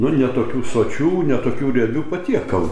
nu ne tokių sočių ne tokių riebių patiekalų